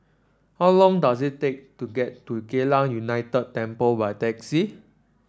how long does it take to get to Geylang United Temple by taxi